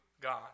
God